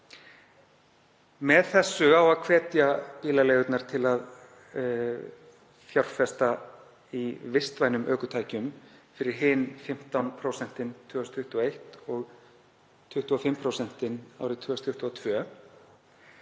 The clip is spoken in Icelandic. Með þessu á að hvetja bílaleigurnar til að fjárfesta í vistvænum ökutækjum fyrir hin 15% árið 2021 og 25% árið 2022